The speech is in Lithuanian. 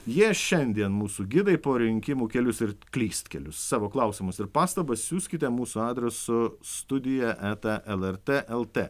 jie šiandien mūsų gidai po rinkimų kelius ir klystkelius savo klausimus ir pastabas siųskite mūsų adresu studija eta lrt lt